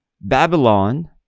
Babylon